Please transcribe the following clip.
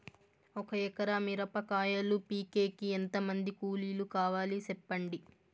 ఒక ఎకరా మిరప కాయలు పీకేకి ఎంత మంది కూలీలు కావాలి? సెప్పండి?